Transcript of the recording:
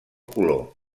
color